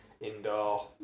indoor